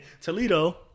Toledo